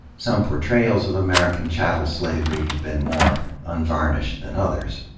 some portrayals of american chattel slavery have been more unvarnished than others.